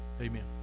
amen